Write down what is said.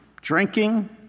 drinking